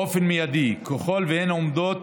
באופן מיידי ככל שהן עומדות